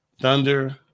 Thunder